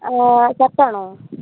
correct ആണോ